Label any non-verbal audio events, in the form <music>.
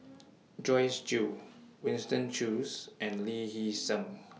<noise> Joyce Jue Winston Choos and Lee Hee Seng